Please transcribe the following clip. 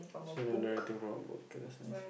so never learn anything from a book okay that's nice